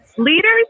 Leaders